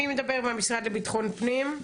מי מדבר מהמשרד לביטחון פנים?